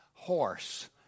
Horse